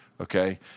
Okay